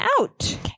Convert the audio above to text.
out